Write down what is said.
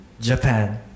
Japan